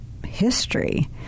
History